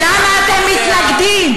ואז באים ושואלים אותנו: למה אתם מתנגדים?